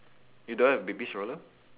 you don't have baby stroller